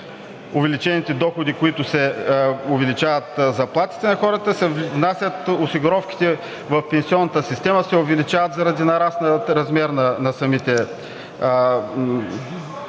увеличените доходи, с които се увеличават заплатите на хората, се внасят осигуровките в пенсионната система и се увеличават заради нарасналия размер на самите